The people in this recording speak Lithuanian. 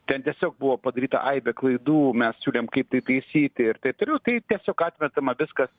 ten tiesiog buvo padaryta aibė klaidų mes siūlėm kaip tai taisyti ir taip toliau tai tiesiog atmetama viskas